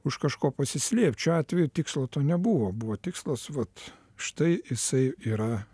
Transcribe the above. už kažko pasislėpt šiuo atveju tikslo to nebuvo buvo tikslas vat štai jisai yra